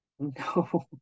no